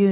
you